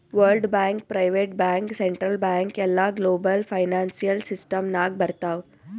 world bank, private bank, central bank ಎಲ್ಲಾ global financial system ನಾಗ್ ಬರ್ತಾವ್